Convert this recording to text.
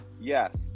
yes